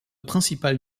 principale